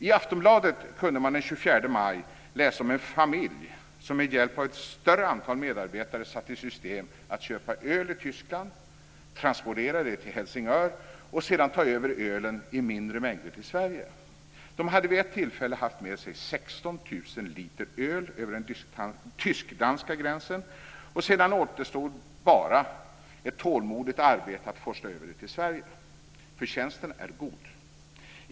I Aftonbladet kunde man den 24 maj läsa om en familj som med hjälp av ett större antal medarbetare satt i system att köpa öl i Tyskland, transportera det till Helsingör och sedan ta över ölen i mindre mängder till Sverige. De hade vid ett tillfälle haft med sig 16 000 liter öl över den tysk-danska gränsen, och sedan återstod bara ett tålmodigt arbete att forsla över det till Sverige. Förtjänsten är god.